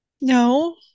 No